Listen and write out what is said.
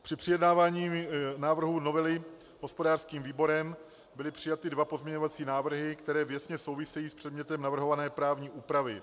Při projednávání návrhu novely hospodářským výborem byly přijaty dva pozměňovací návrhy, které věcně souvisejí s předmětem navrhované právní úpravy.